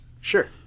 sure